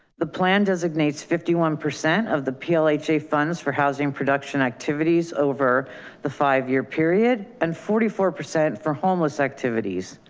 the plan designates fifty one percent of the pla jay funds for housing production activities. over the five year period and forty four percent for homeless activities,